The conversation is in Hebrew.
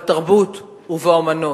בתרבות ובאמנות.